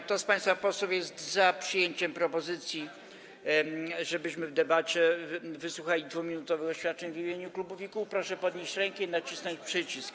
Kto z państwa posłów jest za przyjęciem propozycji, żebyśmy w debacie wysłuchali 2-minutowych oświadczeń w imieniu klubów i kół, proszę podnieść rękę i nacisnąć przycisk.